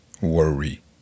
worry